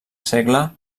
segle